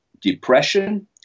depression